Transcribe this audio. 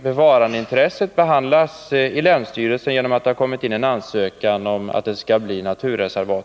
Bevarandeintresset behandlasilänsstyrelsen genom att det kommit in en ansökan om att Hanstaområdet skall bli naturreservat.